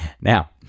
Now